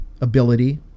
ability